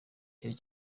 cyari